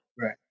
Right